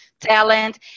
talent